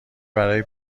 برای